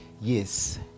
Yes